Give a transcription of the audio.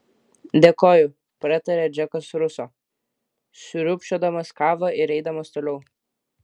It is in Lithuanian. dėkoju pratarė džekas ruso sriūbčiodamas kavą ir eidamas toliau